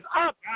up